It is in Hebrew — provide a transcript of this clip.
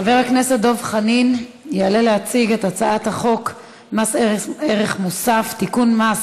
חבר הכנסת דב חנין יעלה להציג את הצעת חוק מס ערך מוסף (תיקון,